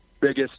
biggest